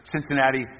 Cincinnati